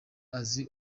azi